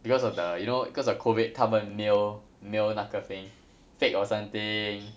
because of the you know because of COVID 他们 mail mail 那个 thing fake or something